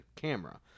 camera